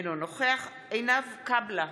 אינו נוכח עינב קאבלה,